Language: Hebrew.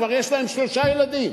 כבר יש להם שלושה ילדים.